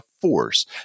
force